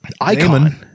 Icon